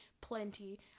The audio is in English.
plenty